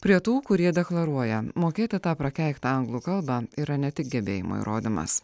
prie tų kurie deklaruoja mokėti tą prakeiktą anglų kalbą yra ne tik gebėjimo įrodymas